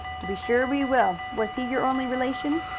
to be sure we will. was he your only relation?